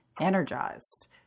energized